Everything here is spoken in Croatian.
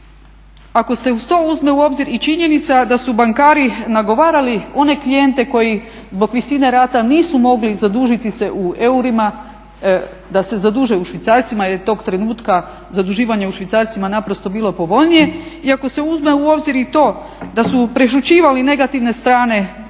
Ako se uz to uzme u obzir i činjenica da su bankari nagovarali one klijente koji zbog visine rata nisu mogli zadužiti se u eurima da se zaduže u švicarcima jer je tog trenutka zaduživanje u švicarcima naprosto bilo povoljnije i ako se uzme u obzir i to da su prešućivali negativne strane